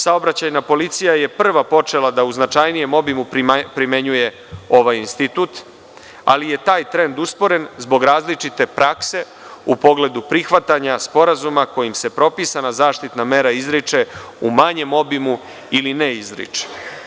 Saobraćajna policija je prva počela da u značajnijem obimu primenjuje ovaj institut, ali je taj trend usporen zbog različite prakse u pogledu prihvatanja sporazuma kojim se propisana zaštitna mera izriče u manjem obimu ili ne izriče.